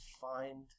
find